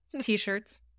T-shirts